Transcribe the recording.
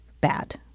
bad